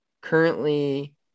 currently